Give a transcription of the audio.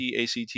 ACT